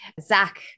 Zach